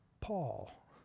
Paul